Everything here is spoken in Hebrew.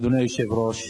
אדוני היושב-ראש,